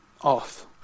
off